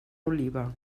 oliva